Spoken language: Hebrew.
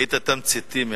היית תמציתי מאוד.